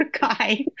guy